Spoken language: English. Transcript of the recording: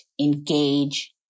Engage